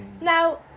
Now